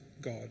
God